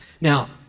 Now